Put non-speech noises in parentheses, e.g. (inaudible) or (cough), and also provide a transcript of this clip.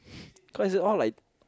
(breath) cause it's all like